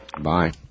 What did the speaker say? Bye